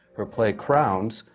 her play crowns,